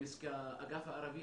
כאגף הערבי,